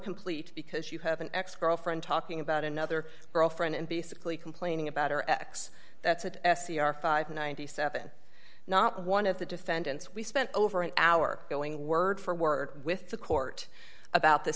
complete because you have an ex girlfriend talking about another girlfriend and basically complaining about her ex that's it s e r five ninety seven dollars not one of the defendants we spent over an hour going word for word with the court about the